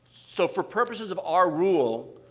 so, for purposes of our rule,